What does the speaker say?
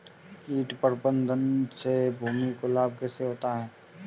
कीट प्रबंधन से भूमि को लाभ कैसे होता है?